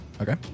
Okay